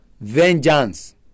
vengeance